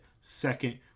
second